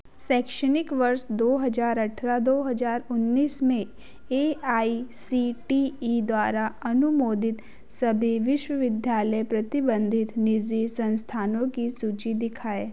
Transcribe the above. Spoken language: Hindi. शैक्षणिक वर्ष दो हज़ार अठारह दो हज़ार उन्नीस में A I C T E द्वारा अनुमोदित सभी विश्वविद्यालय प्रबंधित निजी संस्थानों की सूची दिखाएँ